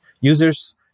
Users